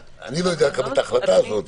אני לא יודע לקבל את ההחלטה הזו,